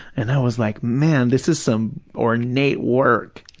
and i was like, man, this is some ornate work,